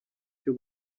cyo